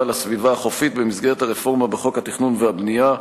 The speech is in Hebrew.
על הסביבה החופית במסגרת הרפורמה בחוק התכנון והבנייה,